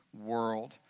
world